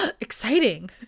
exciting